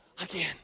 again